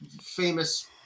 famous